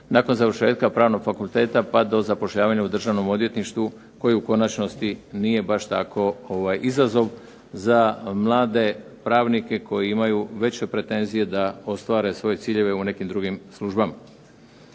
nakon završetka pravnog fakulteta, pa do zapošljavanja u Državnom odvjetništvu, koji u konačnosti nije baš tako izazov za mlade pravnike koji imaju veće pretenzije da ostvare svoje ciljeve u nekim drugim službama.